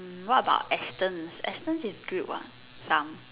mm what about Astons Astons is good what some